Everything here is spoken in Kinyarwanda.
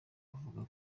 avuga